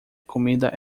comida